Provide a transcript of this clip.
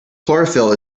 chlorophyll